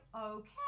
Okay